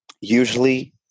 Usually